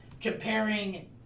comparing